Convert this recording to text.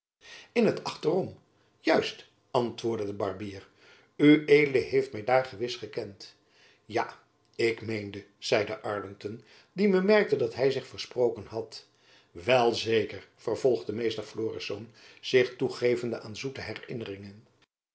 in het achterom juist antwoordde de barbier ued heeft my daar gewis gekend ja ik meende zeide arlington die bemerkte dat hy zich versproken had wel zeker vervolgde meester florisz zich toegevende aan zoete herinneringen